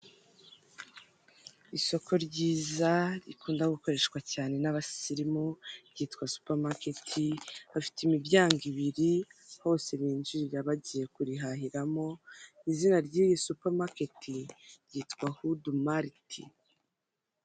Isoko ryiza rikunda gukoreshwa cyane n'abasirimu ryitwa supermarket bafite imiryango ibiri hose binjirira bagiye kurihahiramo izina ry'iyi supermarket ryitwa hudu mariti.